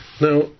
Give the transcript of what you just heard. now